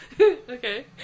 Okay